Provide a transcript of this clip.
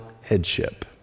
headship